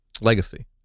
legacy